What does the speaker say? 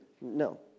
No